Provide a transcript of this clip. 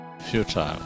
futile